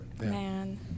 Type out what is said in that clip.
Man